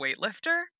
weightlifter